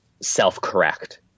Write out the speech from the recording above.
self-correct